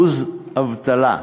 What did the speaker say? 5.9% אבטלה.